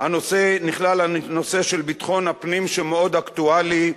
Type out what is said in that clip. נכלל הנושא של ביטחון הפנים, שמאוד אקטואלי,